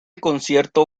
concierto